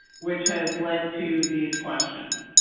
which has led to these questions.